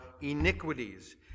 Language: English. iniquities